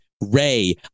Ray